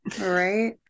right